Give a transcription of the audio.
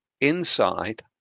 inside